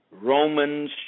Romans